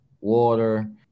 water